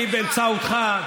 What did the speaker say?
אני, באמצעותך,